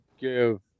give